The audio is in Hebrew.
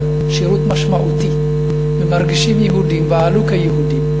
שירות משמעותי ומרגישים יהודים ועלו כיהודים,